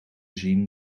zien